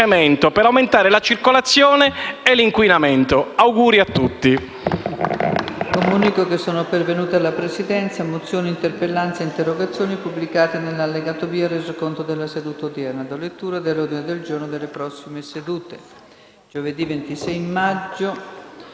per aumentare la circolazione e l'inquinamento. Auguri a tutti!